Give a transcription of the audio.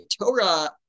Torah